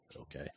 Okay